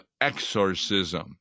exorcism